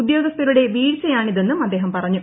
ഉദ്യോഗസ്ഥരുടെ വീഴ്ചയാണിതെന്നും അദ്ദേഹം പറഞ്ഞു